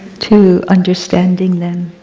to understanding them,